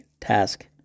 task